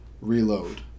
reload